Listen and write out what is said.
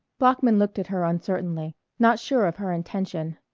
bloeckman looked at her uncertainly, not sure of her intention.